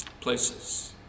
places